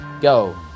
go